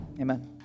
amen